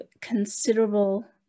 considerable